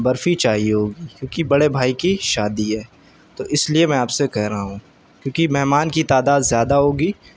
برفی چاہیے ہوگی کیوںکہ بڑے بھائی کی شادی ہے تو اس لیے میں آپ سے کہہ رہا ہوں کیوںکہ مہمان کی تعداد زیادہ ہوگی